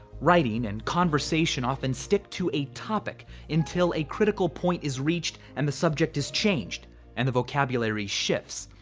writing and conversation often stick to a topic until a critical point is reached and the subject is changed and the vocabulary shifts.